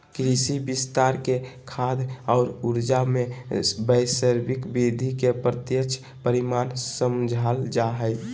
कृषि विस्तार के खाद्य और ऊर्जा, में वैश्विक वृद्धि के प्रत्यक्ष परिणाम समझाल जा हइ